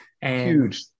Huge